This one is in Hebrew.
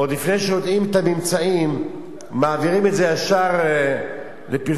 ועוד לפני שיודעים את הממצאים מעבירים את זה ישר לפרסום,